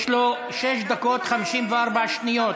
יש לו שש דקות ו-54 שניות,